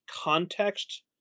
context